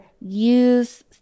use